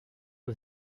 aux